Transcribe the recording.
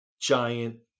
giant